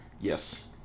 Yes